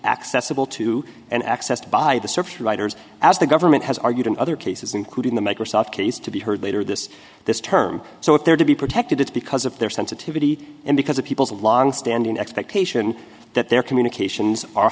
accessible to and accessed by the surf writers as the government has argued in other cases including the microsoft case to be heard later this this term so if they're to be protected it's because of their sensitivity and because of people's longstanding expectation that their communications are